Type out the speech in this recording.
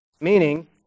Meaning